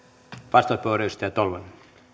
arvoisa herra puhemies